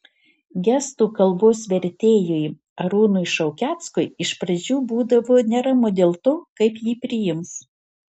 gestų kalbos vertėjui arūnui šaukeckui iš pradžių būdavo neramu dėl to kaip jį priims